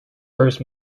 first